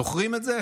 זוכרים את זה?